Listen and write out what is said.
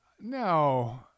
No